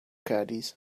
caddies